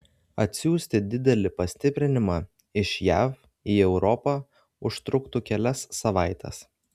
atsiųsti didelį pastiprinimą iš jav į europą užtruktų kelias savaites